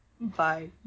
bye